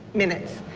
minutes.